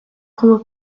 como